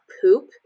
poop